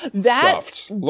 stuffed